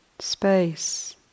space